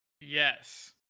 Yes